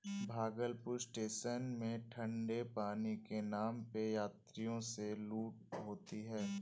Bhagalpur station में ठंडे पानी के नाम पे यात्रियों से लूट होती है